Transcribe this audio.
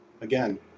Again